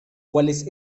cuales